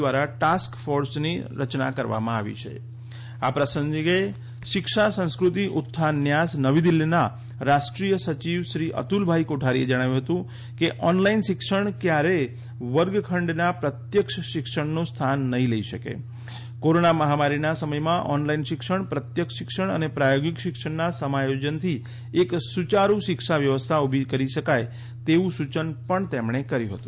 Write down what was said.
દ્વારા ટાસ્ક ફોર્સની રચના કરવામાં આવી છે આ પ્રસંગે શિક્ષા સંસ્કૃતિ ઉત્થાન ન્યાસ નવી દિલ્હીના રાષ્ટ્રીય સચિવશ્રી અતુલભાઈ કોઠારીએ જણાવ્યું હતું કે ઓનલાઈન શિક્ષણ ક્યારેય વર્ગખંડના પ્રત્યક્ષ શિક્ષણનું સ્થાન નહીં લઈ શકે કોરોના મહામારીના સમયમાં ઓનલાઈન શિક્ષણ પ્રત્યક્ષ શિક્ષણ અને પ્રાયોગિક શિક્ષણના સમાયોજનથી એક સુચારૂ શિક્ષા વ્યવસ્થા ઊભી કરી શકાય તેવું સૂચન પણ તેમણે કર્યું હતું